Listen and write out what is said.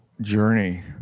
journey